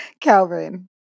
Calvin